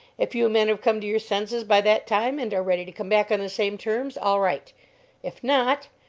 if you men have come to your senses by that time and are ready to come back on the same terms, all right if not,